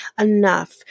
enough